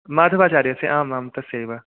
माधवाचार्यस्य आम् आम् तस्यैव